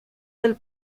del